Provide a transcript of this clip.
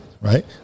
right